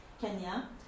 Kenya